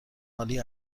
عالی